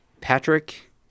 Patrick